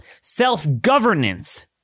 self-governance